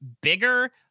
bigger